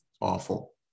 awful